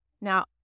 Now